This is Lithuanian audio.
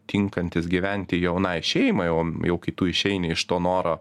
tinkantis gyventi jaunai šeimai o jau kai tu išeini iš to noro